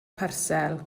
parsel